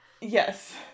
Yes